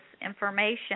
information